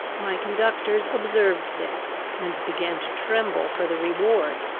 my conductors observed this, and began to tremble for the reward,